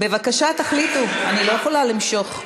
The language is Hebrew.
בבקשה תחליטו, אני לא יכולה למשוך.